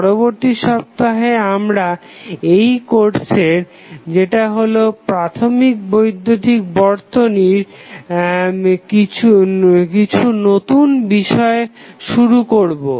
পরবর্তী সপ্তাহে আমরা এই কোর্সের যেটা হলো প্রাথমিক বৈদ্যুতিক বর্তনীর কিছু নতুন বিষয় শুরু করবো